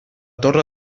torre